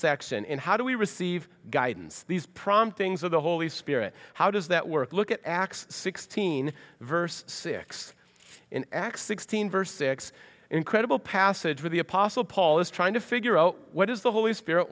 section in how do we receive guidance these promptings of the holy spirit how does that work look at x sixteen verse six in acts sixteen verse six incredible passage where the apostle paul is trying to figure out what is the holy spirit